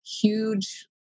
huge